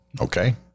Okay